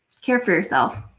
care for yourself.